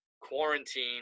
quarantine